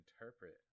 interpret